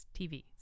TV